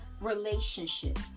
relationship